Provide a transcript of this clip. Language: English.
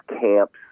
camps